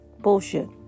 Bullshit